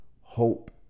hope